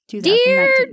Dear